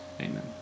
Amen